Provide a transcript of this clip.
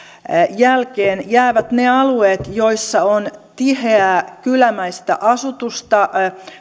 jälkeen jäävät ne alueet joissa on tiheää kylämäistä asutusta